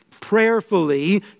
prayerfully